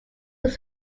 was